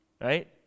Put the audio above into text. right